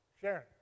Sharon